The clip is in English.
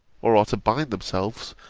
or are to bind themselves,